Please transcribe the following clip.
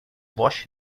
wash